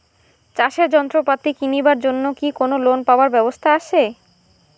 চাষের যন্ত্রপাতি কিনিবার জন্য কি কোনো লোন পাবার ব্যবস্থা আসে?